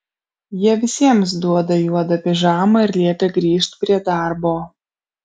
jie visiems duoda juodą pižamą ir liepia grįžt prie darbo